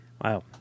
Wow